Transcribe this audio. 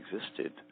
existed